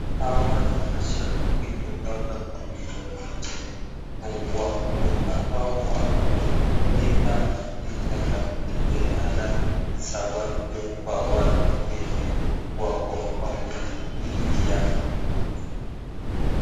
Hawa ni mashabiki kutoka kambuni moja wako hapa wakipiga mapicha na kupeana zawadi kwa watu wenye wako kambuni hii yao.